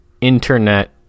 internet